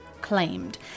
claimed